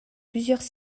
plusieurs